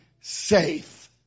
safe